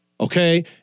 Okay